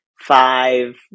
five